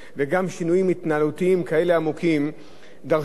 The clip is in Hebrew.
דרשה הרבה הרבה תבונה והרבה סבלנות מיושב-ראש הוועדה,